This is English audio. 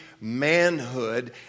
manhood